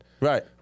Right